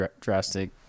drastic